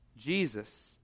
Jesus